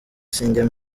sinjya